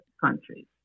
countries